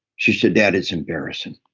she said, dad, it's embarrassing.